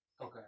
Okay